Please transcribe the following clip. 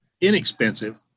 inexpensive